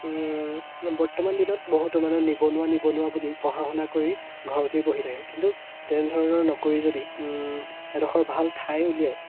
বৰ্তমান দিনত বহুতো মানুহ নিবনুৱা নিবনুৱা বুলি পঢ়া শুনা কৰি ঘৰতেই বহি থাকে কিন্তু তেনেধৰণৰ নকৰি যদি এডোখৰ ভাল ঠাই উলিয়াই